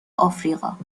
آفریقا